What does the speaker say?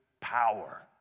power